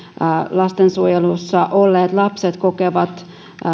lastensuojelussa olleet lapset kokevat